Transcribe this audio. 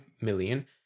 million